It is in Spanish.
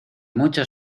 mucho